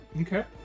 okay